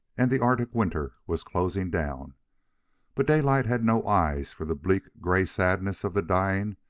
and the arctic winter was closing down but daylight had no eyes for the bleak-gray sadness of the dying,